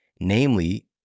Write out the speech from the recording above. namely